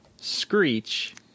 Screech